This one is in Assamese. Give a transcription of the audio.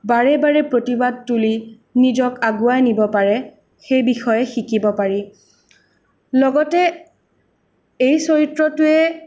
বাৰে বাৰে প্ৰতিবাদ তুলি নিজক আগুৱাই নিব পাৰে সেই বিষয়ে শিকিব পাৰি লগতে এই চৰিত্ৰটোৱে